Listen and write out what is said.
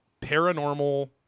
paranormal